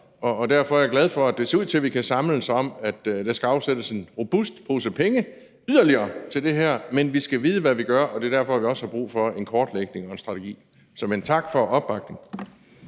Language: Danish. og derfor er jeg glad for, at det ser ud til, at vi kan samles om, at der skal afsættes en robust pose penge yderligere til det her. Men vi skal vide, hvad vi gør, og det er derfor, vi også har brug for en kortlægning og en strategi. Men tak for opbakningen.